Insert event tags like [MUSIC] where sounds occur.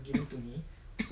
[COUGHS]